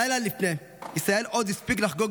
לילה לפני כן ישראל עוד הספיק לחגוג